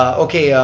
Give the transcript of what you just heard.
okay,